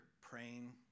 praying